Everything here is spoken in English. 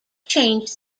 changed